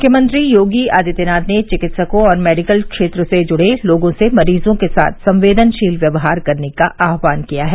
मुख्यमंत्री योगी आदित्यनाथ ने चिकित्सकों और मेडिकल क्षेत्र से जुड़े लोगों से मरीजों के साथ संवेदनशील व्यवहार करने का आहवान किया है